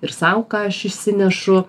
ir sau ką aš išsinešu